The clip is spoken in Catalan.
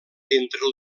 entre